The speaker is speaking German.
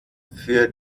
für